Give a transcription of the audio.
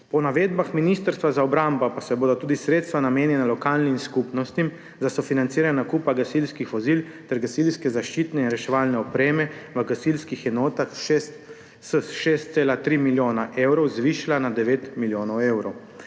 Po navedbah Ministrstva za obrambo pa se bodo tudi sredstva, namenjenega lokalnim skupnostim za sofinanciranje nakupa gasilskih vozil ter gasilske zaščitne in reševalne opreme v gasilskih enotah, s 6,3 milijona evrov zvišala na 9 milijonov evrov.